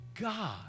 God